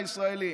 הישראלים.